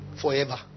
forever